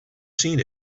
seen